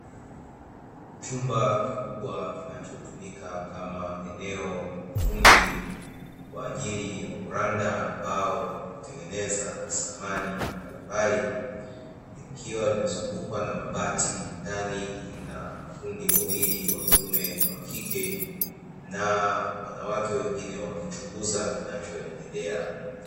Chumba kikubwa kinachotumika kama eneo la ufundi, kwa ajili ya kuranda mbao na kutengeneza samani mbalimbali, ikiwa imezungukwa na mabati, ndani ina mafundi wawili wa kiume na wa kike, na wanawake wengine wakichunguza kinachoendela.